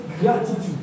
gratitude